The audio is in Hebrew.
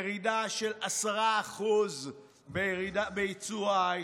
ירידה של 10% בייצוא ההייטק.